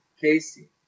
Casey